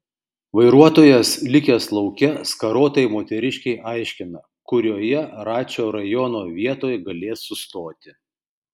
vairuotojas likęs lauke skarotai moteriškei aiškina kurioje račio rajono vietoj galės sustoti